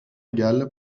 égale